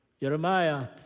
Jeremiah